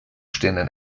stehenden